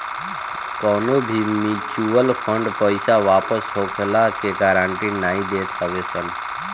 कवनो भी mutual fund पईसा वापस होखला के गारंटी नाइ देत हवे सन